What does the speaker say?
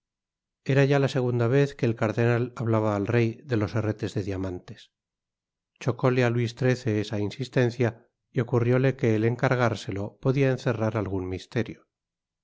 era ya la segunda vez que el cardenal hablaba al rey de los herretes de diamantes chocóle á luis xiii esa insistencia y ocurrióle que el encargárselo podia encerrar algun misterio